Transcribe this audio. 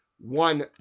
one